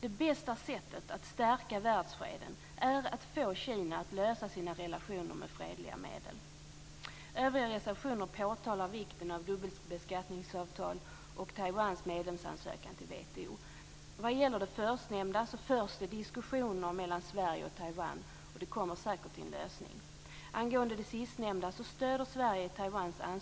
Det bästa sättet att stärka världsfreden är att få Kina att lösa sina relationer med fredliga medel. I övriga reservationer påtalas vikten av dubbelbeskattningsavtal och Taiwans medlemsansökan i WTO. Vad gäller det förstnämnda förs det diskussioner mellan Sverige och Taiwan, och det kommer säkert till en lösning. Angående det sistnämnda stöder Herr talman!